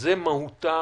זאת מהותה